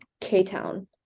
K-Town